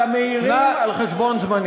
אתה, אדוני, הערת למעירים על חשבון זמני.